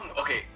okay